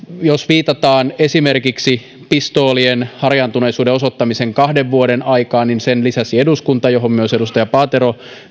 viitataan esimerkiksi pistooleihin harjaantuneisuuden osoittamisen kahden vuoden aikaan niin sen lisäsi eduskunta mihin myös edustaja paatero